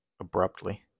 abruptly